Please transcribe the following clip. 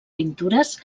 pintures